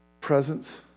presence